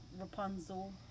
Rapunzel